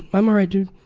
i'm alright dude.